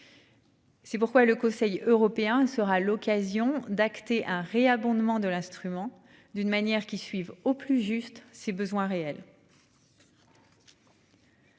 C'est pourquoi le Conseil européen sera l'occasion d'acter un réabonnement de l'instrument d'une manière qui suivent au plus juste ses besoins réels.--